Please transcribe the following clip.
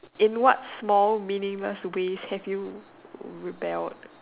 in what's small meaningless ways have you rebel